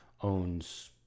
owns